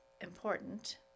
important